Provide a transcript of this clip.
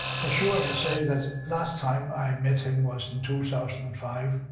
for sure i can say that last time i met him was in two thousand and five.